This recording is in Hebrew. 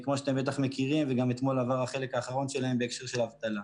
חידוש רישוי למכשור רפואי,